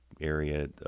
area